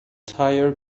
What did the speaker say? tire